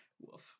Woof